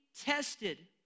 tested